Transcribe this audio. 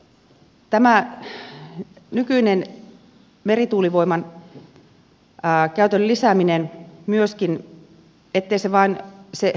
mitä tulee tämän nykyisen merituulivoiman käytön lisäämiseen myöskin ettei se vain se e